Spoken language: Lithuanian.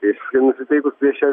priešiškai nusiteikus prieš šią